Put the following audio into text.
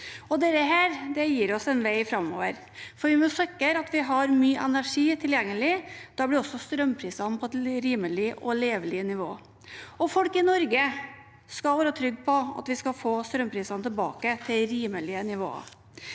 Dette gir oss en vei framover, for vi må sikre at vi har mye energi tilgjengelig. Da blir også strømprisene på et rimelig og levelig nivå. Folk i Norge skal være trygge på at vi skal få strømprisene tilbake til rimelige nivåer.